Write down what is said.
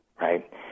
right